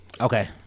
Okay